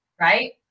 right